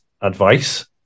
advice